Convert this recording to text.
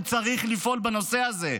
הוא צריך לפעול בנושא הזה,